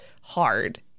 hard